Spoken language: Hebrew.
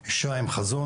היא אישה עם חזון,